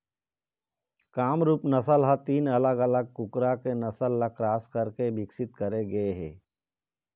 कामरूप नसल ह तीन अलग अलग कुकरा के नसल ल क्रास कराके बिकसित करे गे हे